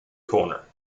corner